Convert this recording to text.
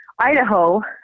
Idaho